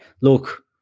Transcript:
look